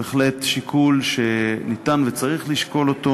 זה בהחלט שיקול שניתן לשקול אותו,